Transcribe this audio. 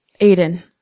Aiden